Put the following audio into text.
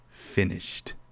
finished